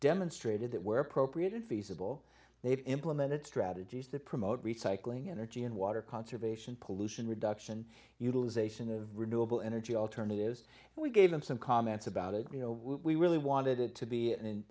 demonstrated that we're appropriated feasible they've implemented strategies that promote recycling energy and water conservation pollution reduction utilization of renewable energy alternatives and we gave them some comments about it you know we really wanted it to be an